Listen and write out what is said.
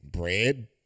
Bread